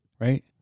right